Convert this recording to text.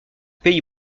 pays